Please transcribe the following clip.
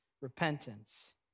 repentance